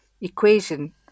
equation